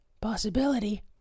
possibility